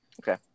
Okay